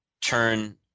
turn